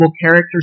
characters